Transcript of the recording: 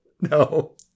no